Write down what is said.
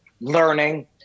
learning